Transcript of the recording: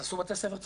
עשו בתי ספר צומחים.